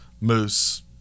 moose